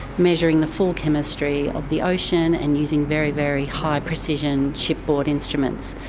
measuring the full chemistry of the ocean and using very, very high precision shipboard instruments.